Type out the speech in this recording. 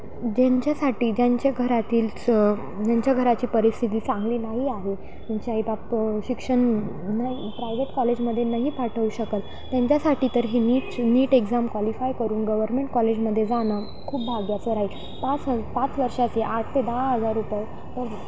ज्यांच्यासाठी ज्यांच्या घरातील स ज्यांच्या घराची परिस्थिती चांगली नाही आहे त्यांचे आईबाप शिक्षण नाही प्रायव्हेट कॉलेजमध्ये नाही पाठवू शकल त्यांच्यासाठी तर हे नीट नीट एक्झाम क्वालिफाय करून गव्हर्मेंट कॉलेजमध्ये जाणं खूप भाग्याचं राहील पाच हो पाच वर्षाचे आठ ते दहा हजार रुपये तर